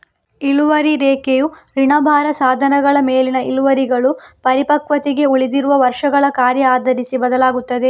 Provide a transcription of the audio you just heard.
ಇಳುವರಿ ರೇಖೆಯು ಋಣಭಾರ ಸಾಧನಗಳ ಮೇಲಿನ ಇಳುವರಿಗಳು ಪರಿಪಕ್ವತೆಗೆ ಉಳಿದಿರುವ ವರ್ಷಗಳ ಕಾರ್ಯ ಆಧರಿಸಿ ಬದಲಾಗುತ್ತದೆ